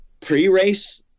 pre-race